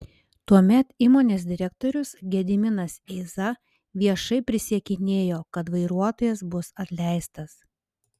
tuomet įmonės direktorius gediminas eiza viešai prisiekinėjo kad vairuotojas bus atleistas